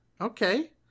okay